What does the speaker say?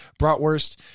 bratwurst